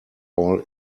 all